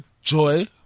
joy